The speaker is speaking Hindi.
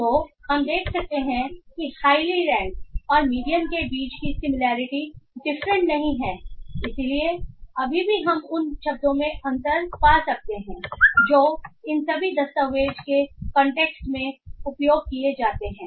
तो हम देख सकते हैं कि हाईली रैंक और मीडियन के बीच की सिमिलरिटी डिफरेंट नहीं है इसलिए अभी भी हम उन शब्दों में अंतर पा सकते हैं जो इन सभी दस्तावेज़ों के कंटेंटेक्स्ट में उपयोग किए जाते हैं